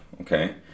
Okay